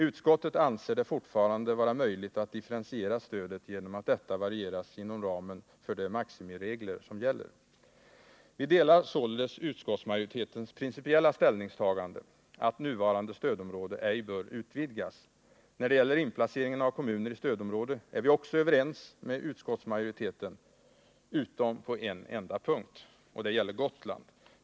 Utskottet anser det fortfarande vara möjligt att differentiera stödet genom att variera detta inom ramen för de maximiregler som gäller. Vi delar således utskottsmajoritetens principiella ställningstagande att nuvarande stödområde ej bör utvidgas. När det gäller inplaceringen av kommuner i stödområde är vi också överens med utskottsmajoriteten — utom på en enda punkt. Det gäller Gotland.